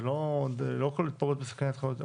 לא כל התפרעות מסכנת את ביטחונו של אדם.